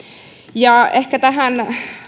ehkä tähän